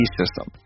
system